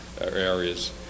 areas